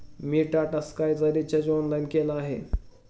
मी टाटा स्कायचा recharge online केला आहे